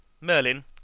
Merlin